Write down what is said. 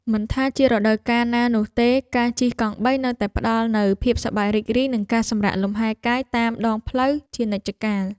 មិនថាជារដូវកាលណានោះទេការជិះកង់បីនៅតែផ្តល់នូវភាពសប្បាយរីករាយនិងការសម្រាកលំហែកាយតាមដងផ្លូវជានិច្ចកាល។